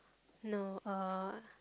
no uh